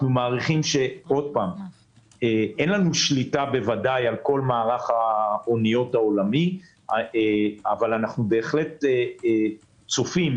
בוודאי אין לנו שליטה על כל מערך האניות העולמי אבל אנחנו בהחלט צופים